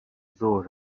ظهر